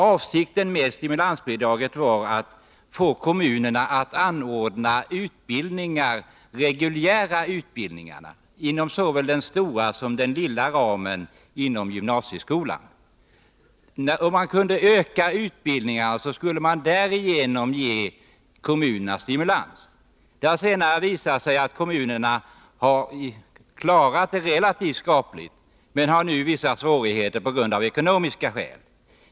Avsikten med detta bidrag var att få kommunerna att ordna reguljära utbildningar inom såväl den stora som den lilla ramen inom gymnasieskolan. Det har senare visat sig att kommunerna har klarat denna uppgift relativt skapligt, medan de nu har vissa svårigheter av ekonomiska skäl.